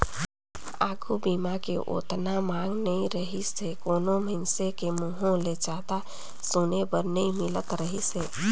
आघू बीमा के ओतना मांग नइ रहीसे कोनो मइनसे के मुंहूँ ले जादा सुने बर नई मिलत रहीस हे